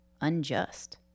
unjust